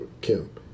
Kim